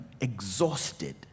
exhausted